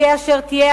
תהיה אשר תהיה,